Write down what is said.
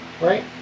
right